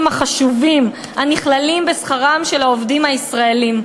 החשובים הנכללים בשכרם של העובדים הישראלים.